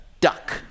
duck